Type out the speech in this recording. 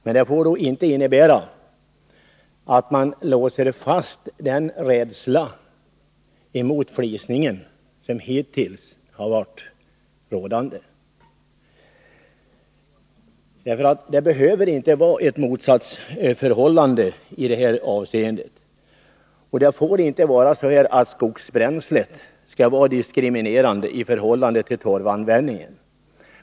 Men det får inte innebära att man låser fast den rädsla för flisningen som hittills har varit rådande. Det behöver inte vara något motsatsförhållande i detta avseende. Det får inte vara så att skogsbränsleanvändningen skall vara diskriminerad i förhållande till torvanvändningen.